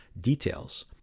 details